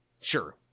Sure